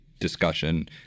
discussion